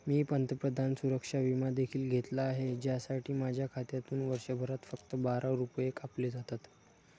मी पंतप्रधान सुरक्षा विमा देखील घेतला आहे, ज्यासाठी माझ्या खात्यातून वर्षभरात फक्त बारा रुपये कापले जातात